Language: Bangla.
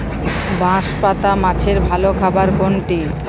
বাঁশপাতা মাছের ভালো খাবার কোনটি?